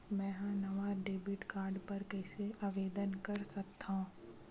मेंहा नवा debit card बर कैसे आवेदन कर सकथव?